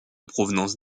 provenance